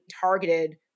targeted